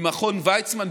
ממכון ויצמן,